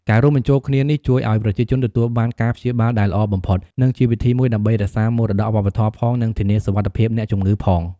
ការរួមបញ្ចូលគ្នានេះជួយឱ្យប្រជាជនទទួលបានការព្យាបាលដែលល្អបំផុត និងជាវិធីមួយដើម្បីរក្សាមរតកវប្បធម៌ផង និងធានាសុវត្ថិភាពអ្នកជំងឺផង។